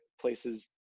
places